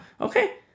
Okay